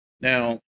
Now